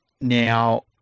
Now